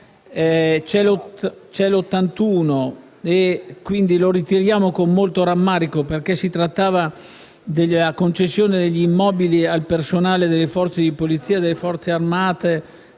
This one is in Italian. Costituzione, lo ritiriamo con molto rammarico, perché trattava della concessione degli immobili al personale delle forze di polizia, delle Forze armate